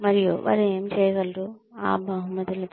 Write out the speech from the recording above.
మరియు వారు ఏమి చేయగలరు ఆ బహుమతులతో